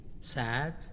Sad